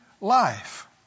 life